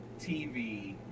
TV